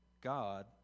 God